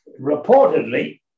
reportedly